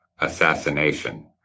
assassination